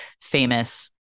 famous